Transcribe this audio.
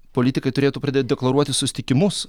politikai turėtų pradėt deklaruoti susitikimus